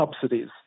subsidies